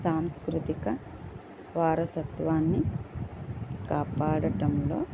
సాంస్కృతిక వారసత్వాన్ని కాపాడటంలో